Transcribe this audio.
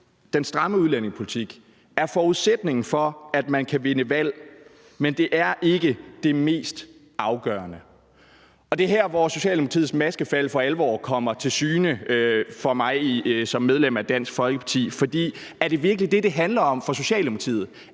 den stramme udlændingepolitik, er forudsætningen for, at man kan vinde valg, men det er ikke det mest afgørende. Det er her, hvor Socialdemokratiets maskefald for alvor kommer til syne for mig som medlem af Dansk Folkeparti, for er det virkelig det, det handler om for Socialdemokratiet?